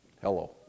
hello